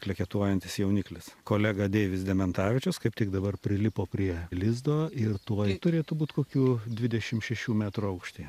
kleketuojantis jauniklis kolega deivis dementavičius kaip tik dabar prilipo prie lizdo ir tuoj turėtų būt kokių dvidešimt šešių metrų aukštyje